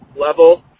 level